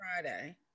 Friday